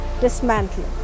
dismantling